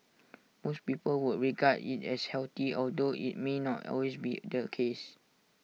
most people would regard IT as healthy although IT may not always be the case